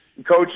Coach